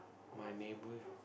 my neighbour